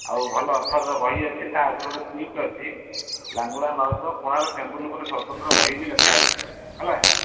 ଆଉ ଭଲ ଅଥର୍ର ବହି ଅଛି ତା ଉପରେ ଗୋଟେ ସ୍କ୍ରିପ୍ଟ ଅଛି ଲାଙ୍ଗୁଳା ନରସିଂହ କୋଣାର୍କ ଟେମ୍ପଲ୍ ଉପରେ ସ୍ୱତନ୍ତ୍ର ବହି ବି ଲେଖା ଅଛି ହେଲା